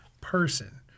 person